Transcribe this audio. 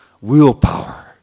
willpower